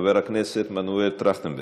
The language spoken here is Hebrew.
חבר הכנסת מנואל טרכטנברג,